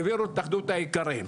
העבירו להתאחדות האיכרים.